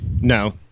No